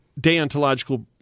deontological